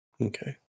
Okay